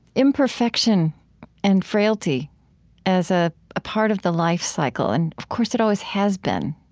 imperfection and frailty as a part of the life cycle and, of course, it always has been,